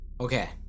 Okay